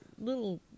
little